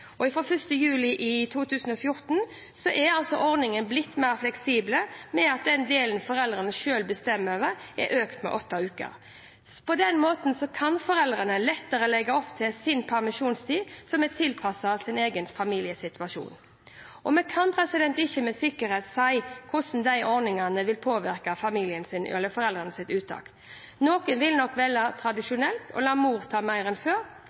juli 2014 er ordningen blitt mer fleksibel ved at den delen foreldrene selv bestemmer over, er økt med åtte uker. På den måten kan foreldrene lettere legge opp til en permisjonstid som er tilpasset sin egen families situasjon. Vi kan ikke med sikkerhet si hvordan endringene vil påvirke foreldrenes uttak. Noen vil nok velge tradisjonelt og la mor ta mer enn før,